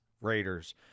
Raiders